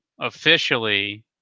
officially